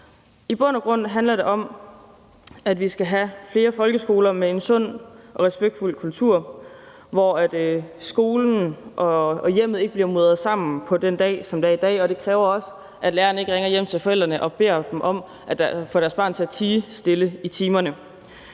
I bund og grund handler det om, at vi skal have flere folkeskoler med en sund og respektfuld kultur, hvor skolen og hjemmet ikke bliver mudret sammen, som det er i dag, og det kræver også, at læreren ikke ringer hjem til forældrene og beder dem om at få deres barn til at tie stille i timerne.